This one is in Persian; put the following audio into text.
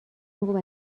میگفت